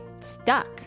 stuck